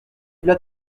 v’là